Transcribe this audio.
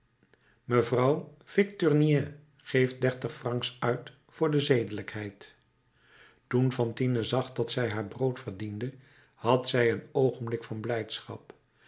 mevrouw victurnien geeft dertig francs uit voor de zedelijkheid toen fantine zag dat zij haar brood verdiende had zij een oogenblik van blijdschap